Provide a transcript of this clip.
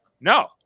no